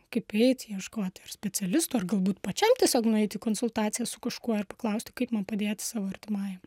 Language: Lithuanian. kaip eiti ieškoti ar specialistų ar galbūt pačiam tiesiog nueiti į konsultaciją su kažkuo ir paklausti kaip man padėti savo artimajam